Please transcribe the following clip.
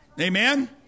Amen